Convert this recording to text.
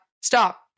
stop